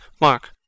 mark